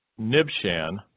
Nibshan